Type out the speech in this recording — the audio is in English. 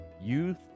Youth